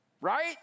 right